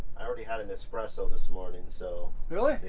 i already had an espresso this morning, so. really?